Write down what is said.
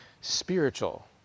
spiritual